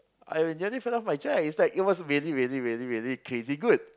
I nearly fell off my chair ah it's like it was really really really crazy good